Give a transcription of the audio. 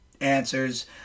answers